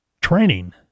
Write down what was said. training